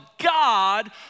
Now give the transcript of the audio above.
God